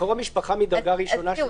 קרוב משפחה מדרגה ראשונה שהוא תושב אילת.